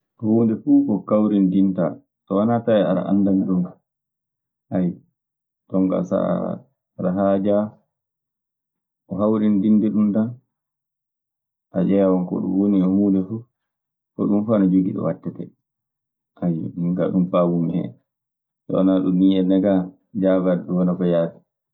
Huunde fuu ko kawrindintaa, so wanaa tawi aɗa anndani ɗun kaa. ɗun kaa so aɗe haajaa hawrindinde ɗun tan a ƴeewan ko ɗun woni e huunde fuf. Hoɗun fof ana jogii to waɗtetee. minkaa ɗun paamumi hen. So wanaa ɗun, nii enna kaa jaabaade ɗun wala ko yaafi.